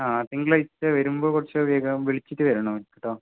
ആ തിങ്കളാഴ്ച വരുമ്പോൾ കുറച്ച് വേഗം വിളിച്ചിട്ട് വരണം കേട്ടോ